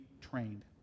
trained